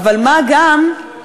מה גם,